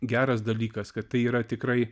geras dalykas kad tai yra tikrai